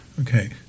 Okay